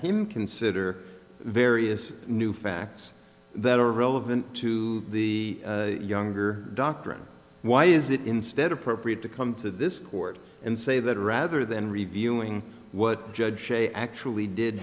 him consider various new facts that are relevant to the younger doctrine why is it instead appropriate to come to this court and say that rather than reviewing what judge she actually did